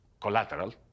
collateral